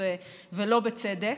וחבוט, שלא בצדק.